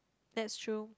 that's true